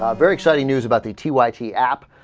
very exciting news about the t wifey ap